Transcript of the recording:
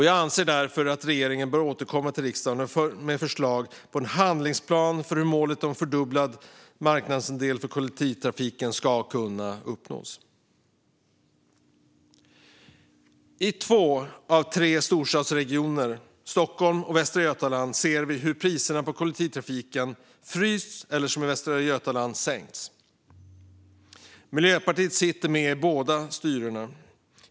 Jag anser därför att regeringen bör återkomma till riksdagen med förslag på en handlingsplan för hur målet om fördubblad marknadsandel för kollektivtrafiken ska kunna uppnås. I två av tre storstadsregioner, Stockholm och Västra Götaland, ser vi hur priserna på kollektivtrafiken frysts eller, som i Västra Götaland, sänkts. Miljöpartiet sitter med i båda styrena.